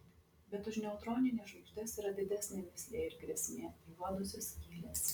bet už neutronines žvaigždes yra didesnė mįslė ir grėsmė juodosios skylės